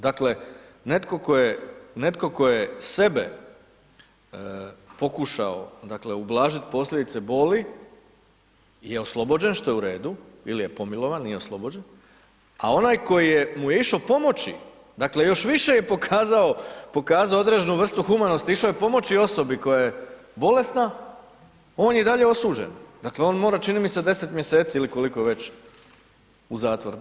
Dakle, netko tko je sebe pokušao, dakle, ublažit posljedice boli je oslobođen, što je u redu ili je pomilovan, nije oslobođen, a onaj koji mu je išao pomoći, dakle, još više je pokazao određenu vrstu humanosti, išao je pomoći osobi koja je bolesna, on je i dalje osuđen, dakle, on mora čini mi se 10. mjeseci ili koliko već, u zatvor.